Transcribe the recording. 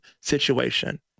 situation